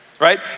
right